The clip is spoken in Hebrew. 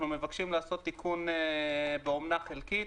אנחנו מבקשים לעשות תיקון באומנה חלקית.